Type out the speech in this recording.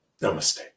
Namaste